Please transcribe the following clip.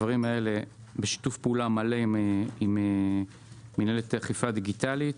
כל הדברים האלה הם בשיתוף פעולה מלא עם מינהלת אכיפה דיגיטלית